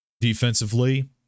defensively